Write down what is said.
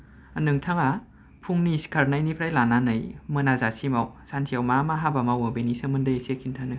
नोंथांआ फुंनि सिखारनाय निफ्राइ लानानै मोना जासिमाव सानसेआव मा मा हाबा मावो बेनि सोमोन्दोयै एसे खिन्थालाय